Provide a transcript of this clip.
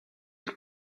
take